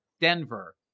Denver